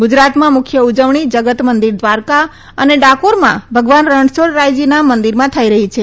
ગુજરાતમાં મુખ્ય ઉજવણી જગતમંદિર દ્વારીકા અને ડાકોરમાં ભગવાન રણછોડરાયજીના મંદિરમાં થઈ રહી છે